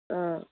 ꯑꯥ